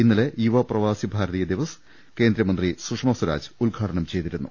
ഇന്നലെ യുവ പ്രവാസി ഭാരതീയ ദിവസ് കേന്ദ്രമന്ത്രി സുഷമ സ്വരാജ് ഉദ്ഘാടനം ചെയ്തിരുന്നു